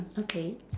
okay